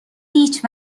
هیچ